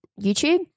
YouTube